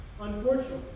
unfortunately